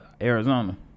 Arizona